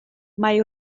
mae